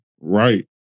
Right